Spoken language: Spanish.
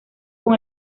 con